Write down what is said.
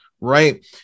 right